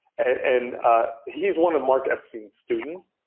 and he's one of mark epstein's students.